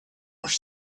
were